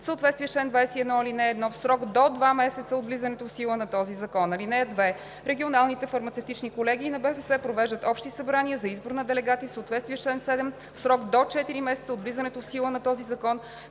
съответствие с чл. 21, ал. 1 в срок до два месеца от влизането в сила на този закон. (2) Регионалните фармацевтични колегии на БФС провеждат общи събрания за избор на делегати в съответствие с чл. 7 в срок до 4 месеца от влизането в сила на този закон,